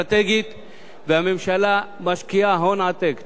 והממשלה משקיעה הון עתק, תוספות לתקציב,